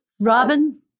Robin